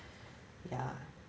ya